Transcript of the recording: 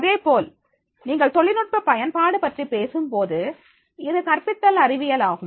அதேபோல் நீங்கள் தொழில்நுட்ப பயன்பாடு பற்றி பேசும்போது இது கற்பித்தல் அறிவியலாகும்